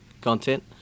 content